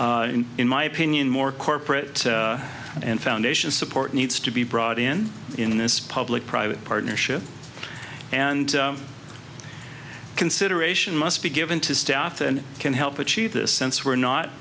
site in my opinion more corporate and foundation support needs to be brought in in this public private partnership and consideration must be given to staff and can help achieve this sense we're not